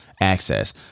access